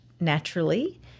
naturally